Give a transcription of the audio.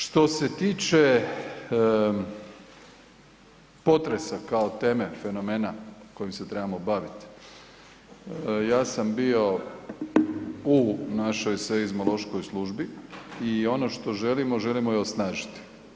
Što se tiče potresa kao teme fenomena kojim se trebamo baviti, ja sam bio u našoj Seizmološkoj službi i ono što želimo, želimo ju osnažiti.